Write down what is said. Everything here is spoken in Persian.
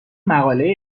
مقاله